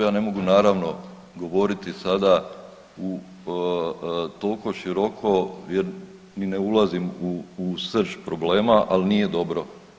Ja ne mogu naravno govoriti sada toliko široko jer ni ne ulazim u srž problema ali nije dobro.